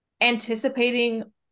anticipating